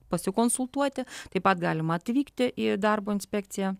pasikonsultuoti taip pat galima atvykti į darbo inspekciją